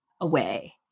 away